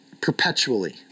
perpetually